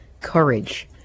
courage